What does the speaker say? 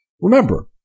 Remember